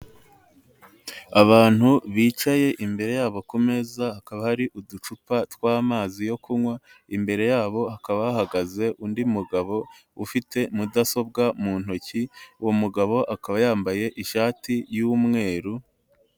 Abantu bicaye, imbere yabo ku meza hakaba hari uducupa tw'amazi yo kunywa, imbere yabo hakaba hahagaze undi mugabo ufite mudasobwa mu ntoki, uwo mugabo akaba yambaye ishati y'umweru.